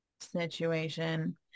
situation